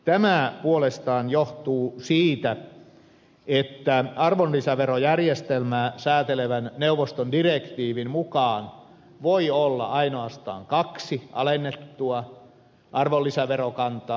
tämä puolestaan johtuu siitä että neuvoston arvonlisäverojärjestelmää säätelevän direktiivin mukaan voi olla ainoastaan kaksi alennettua arvonlisäverokantaa